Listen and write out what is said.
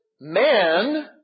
man